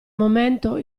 momento